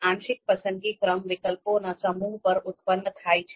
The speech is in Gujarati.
આંશિક પસંદગી ક્રમ વિકલ્પોના સમૂહ પર ઉત્પન્ન થાય છે